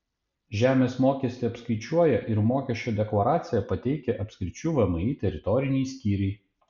žemės mokestį apskaičiuoja ir mokesčio deklaraciją pateikia apskričių vmi teritoriniai skyriai